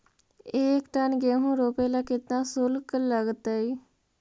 एक टन गेहूं रोपेला केतना शुल्क लगतई?